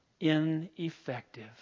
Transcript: Ineffective